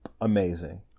amazing